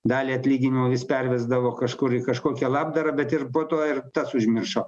dalį atlyginimo vis pervesdavo kažkur į kažkokią labdarą bet ir po to ir tas užmiršo